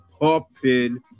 popping